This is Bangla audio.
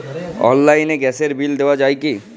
অনলাইনে গ্যাসের বিল দেওয়া যায় কি?